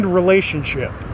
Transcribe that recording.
relationship